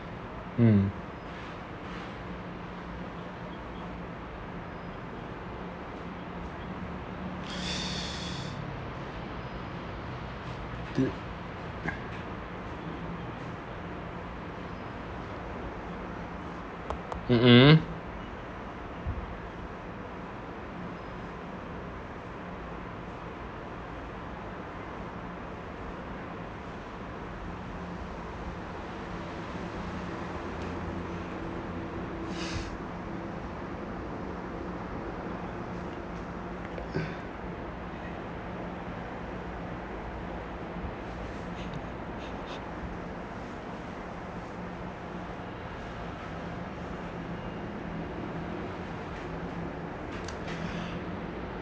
mm mm mmhmm